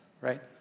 right